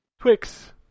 twix